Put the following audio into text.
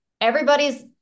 everybody's